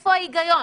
איפה ההיגיון?